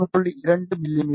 2 மி